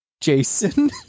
Jason